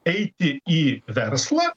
eiti į verslą